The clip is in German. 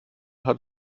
hat